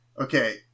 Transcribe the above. Okay